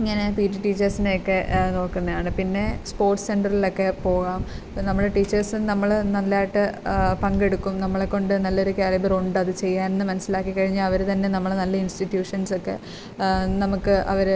ഇങ്ങനെ P T ടീച്ചേഴ്സിനെ ഒക്കെ നോക്കുന്നതാണ് പിന്നെ സ്പോർട്സ് സെൻററിലൊക്കെ പോവാം ഇപ്പം നമ്മുടെ ടീച്ചേഴ്സ് നമ്മൾ നല്ലതായിട്ട് പങ്കെടുക്കും നമ്മളെ കൊണ്ട് നല്ലൊരു കാലിബർ ഉണ്ട് അത് ചെയ്യാൻ എന്ന് മനസ്സിലാക്കി കഴിഞ്ഞാൽ അവർ തന്നെ നമ്മളെ നല്ല ഇൻസ്റ്റിറ്റ്യൂഷൻസ് ഒക്കെ നമുക്ക് അവർ